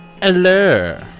Hello